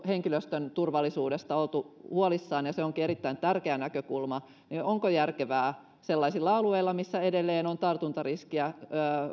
henkilöstön turvallisuudesta oltu huolissaan ja se onkin erittäin tärkeä näkökulma niin onko järkevää sellaisilla alueilla missä edelleen on tartuntariskiä